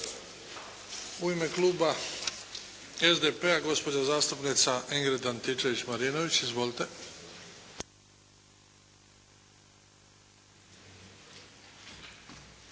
U ime Kluba SDP-a gospođa zastupnica Ingrid Antičević-Marinović. Izvolite.